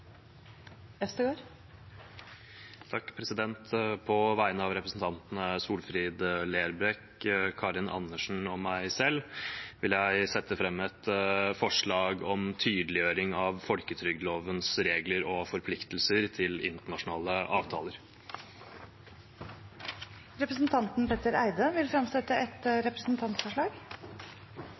Øvstegård vil fremsette et representantforslag. På vegne av representantene Solfrid Lerbrekk, Karin Andersen og meg selv vil jeg sette fram et forslag om tydeliggjøring av folketrygdlovens regler og forpliktelser til internasjonale avtaler. Representanten Petter Eide vil fremsette et representantforslag.